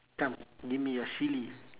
come give me your silly